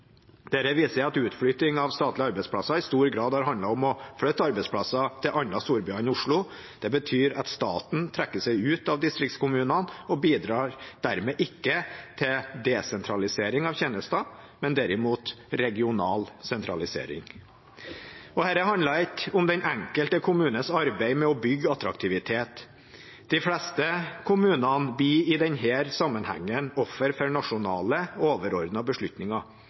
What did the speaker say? at utflytting av statlige arbeidsplasser i stor grad har handlet om å flytte arbeidsplasser til andre storbyer enn Oslo. Det betyr at staten trekker seg ut av distriktskommunene og dermed ikke bidrar til desentralisering av tjenester, men derimot til regional sentralisering. Dette handler ikke om den enkelte kommunes arbeid med å bygge attraktivitet. De fleste kommunene blir i denne sammenheng offer for nasjonale, overordnede beslutninger.